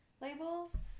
labels